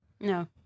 No